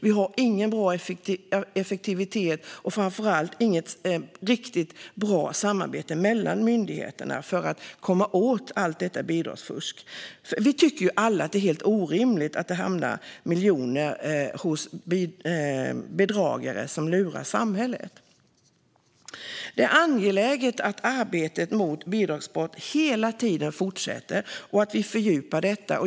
Vi har ingen bra effektivitet och framför allt inget riktigt bra samarbete mellan myndigheterna för att komma åt allt detta bidragsfusk. Vi tycker ju alla att det är helt orimligt att miljoner hamnar hos bedragare som lurar samhället. Det är angeläget att arbetet mot bidragsbrott hela tiden fortsätter och att vi fördjupar detta.